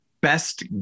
best